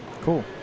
cool